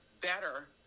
better